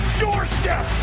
doorstep